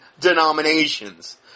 denominations